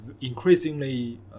increasingly